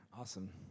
Awesome